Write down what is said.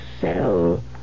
sell